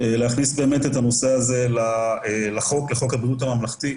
להכניס באמת את הנושא הזה לחוק הבריאות הממלכתי.